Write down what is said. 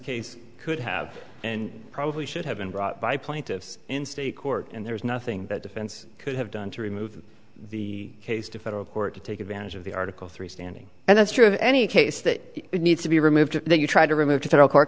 case could have and probably should have been brought by plaintiffs in state court and there is nothing that defense could have done to remove the case to federal court to take advantage of the article three standing and that's true of any case that it needs to be removed if you try to remove a federal court